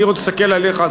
אני מסתכל עליך,